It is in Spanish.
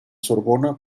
sorbona